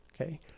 Okay